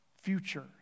future